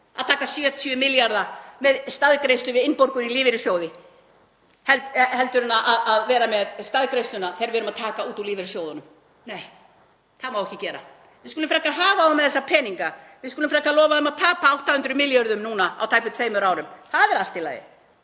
að taka 70 milljarða með staðgreiðslu við innborgun í lífeyrissjóði frekar en að vera með staðgreiðsluna þegar við erum að taka út úr lífeyrissjóðunum. Nei, það má ekki gera. Við skulum frekar hafa þá með þessa peninga. Við skulum frekar lofa þeim að tapa 800 milljörðum núna á tæpum tveimur árum. Það er allt í lagi.